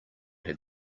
had